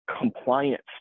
compliance